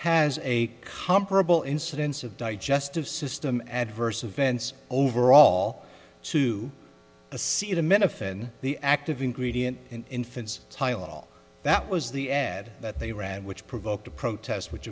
has a comparable incidence of digestive system adverse events overall to see them if in the active ingredient in infants tylenol that was the ad that they ran which provoked a protest which